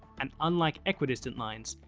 and unlike equidistant lines,